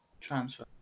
transfer